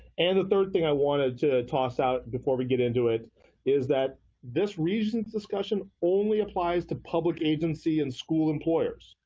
and the third thing i wanted to toss out before we get into it is that this regions discussion only apply to public agency and school employers.